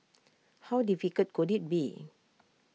how difficult could IT be